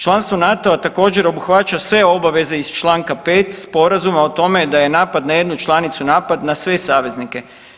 Članstvo NATO-a također, obuhvaća sve obaveze iz čl. 5 sporazuma o tome da je napad na jednu članicu napad na sve saveznike.